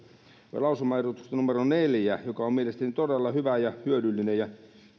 lausumaehdotuksesta numero neljä se on mielestäni todella hyvä ja hyödyllinen ja